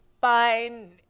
fine